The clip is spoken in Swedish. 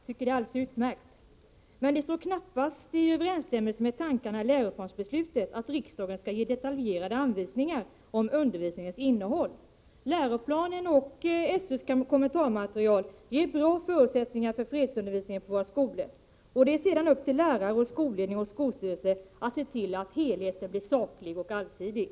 Herr talman! Jag har läst materialet och tycker att det är alldeles utmärkt. Men det står knappast i överensstämmelse med tankarna i läroplansbeslutet att riksdagen skall ge detaljerade anvisningar om undervisningens innehåll. Läroplanen och SÖ:s kommentarmaterial ger bra förutsättningar för fredsundervisningen i våra skolor. Det är sedan upp till lärare, skolledning och skolstyrelse att se till att helheten blir saklig och allsidig.